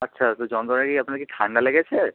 আচ্ছা তো যন্ত্রণা কি আপনার কি ঠান্ডা লেগেছে